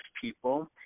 people